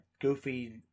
Goofy